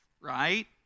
right